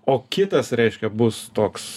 o kitas reiškia bus toks